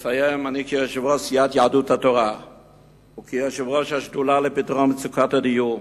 כיושב-ראש סיעת יהדות התורה וכיושב-ראש השדולה לפתרון מצוקת הדיור,